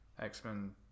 X-Men